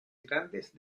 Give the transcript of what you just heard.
grandes